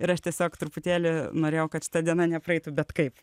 ir aš tiesiog truputėlį norėjau kad šita diena nepraeitų bet kaip